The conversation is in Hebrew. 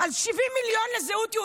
העיקר הוא עומד לי פה ומדבר על אחדות,